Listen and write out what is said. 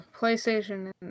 PlayStation